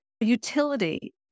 utility